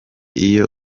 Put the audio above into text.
iyo